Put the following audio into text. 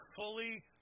fully